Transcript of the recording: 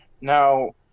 Now